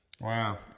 Wow